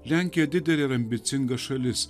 lenkija didelė ir ambicinga šalis